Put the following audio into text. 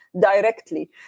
directly